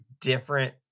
different